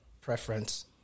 preference